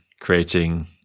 creating